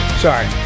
sorry